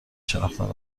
شناختند